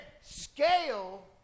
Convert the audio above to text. scale